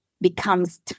becomes